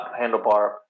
handlebar